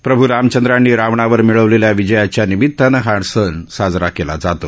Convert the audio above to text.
प्रभू रामचंद्रांनी रावणावर मिळवलेल्या विजयाच्या निमितानं हा सण साजरा केला जातो